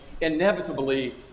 inevitably